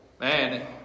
Man